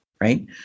right